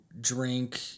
drink